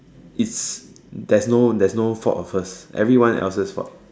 it's there's no there's no fault of us everyone else's fault